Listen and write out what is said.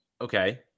Okay